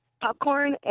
popcorn